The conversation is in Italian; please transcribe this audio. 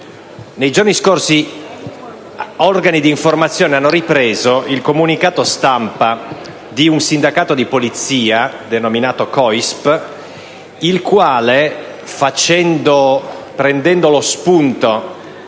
nei giorni scorsi organi di informazione hanno ripreso il comunicato stampa di un sindacato di Polizia denominato COISP, il quale prendendo spunto